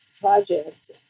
project